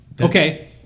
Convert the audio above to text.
Okay